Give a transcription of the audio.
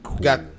got